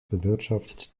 bewirtschaftet